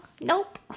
Nope